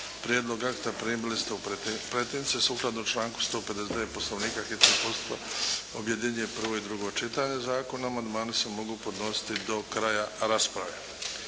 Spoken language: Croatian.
Prijedlog akta primili ste u pretince. Sukladno članku 159. Poslovnika hitni postupak objedinjuje prvo i drugo čitanje zakona. Amandmani se mogu podnositi do kraja rasprave.